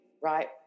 right